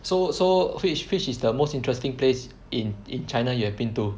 so so which which is the most interesting place in in China you have been to